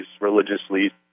religiously